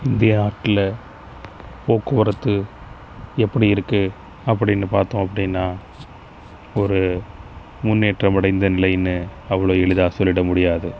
இந்தியாவுக்குள்ளளே போக்குவரத்து எப்படி இருக்குது அப்படின்னு பார்த்தோம் அப்படின்னா ஒரு முன்னேற்றம் அடைந்த நிலைன்னு அவ்வளோ எளிதாக சொல்லிவிட முடியாது